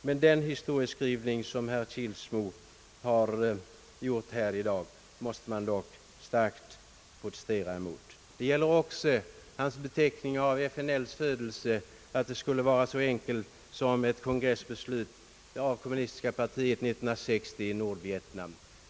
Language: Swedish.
Men den historieskrivning herr Kilsmo gjort här i dag måste man dock starkt protestera mot. Det gäller också hans beskrivning av FNL:s födelse, att det skulle vara så enkelt som ett kongressbeslut av det kommunistiska partiet år 1960 i Nordvietnam.